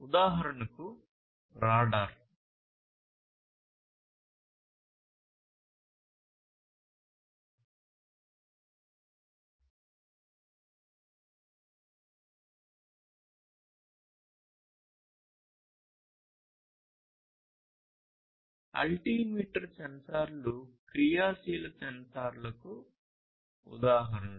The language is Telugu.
ఉదాహరణకు రాడార్ ఆల్టిమీటర్ సెన్సార్లు క్రియాశీల సెన్సార్లకు ఉదాహరణలు